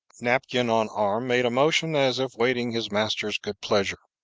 napkin on arm, made a motion as if waiting his master's good pleasure.